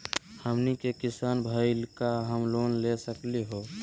हमनी के किसान भईल, का हम लोन ले सकली हो?